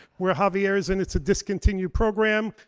where javier is in, it's a discontinued program.